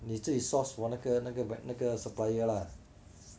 你自己 source for 那个那个 buy 那个 supplier lah